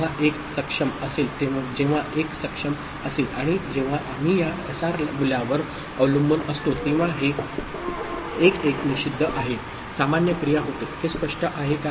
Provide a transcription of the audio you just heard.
जेव्हा 1 सक्षम असेल जेव्हा 1 सक्षम असेल आणि जेव्हा आम्ही या एसआर मूल्यावर अवलंबून असतो तेव्हा हे 1 1 निषिद्ध आहे सामान्य क्रिया होते हे स्पष्ट आहे का